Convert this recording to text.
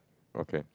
okay